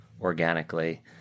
organically